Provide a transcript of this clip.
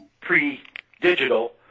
pre-digital